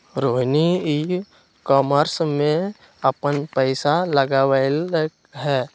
Rohini e commerce में अप्पन पैसा लगअलई ह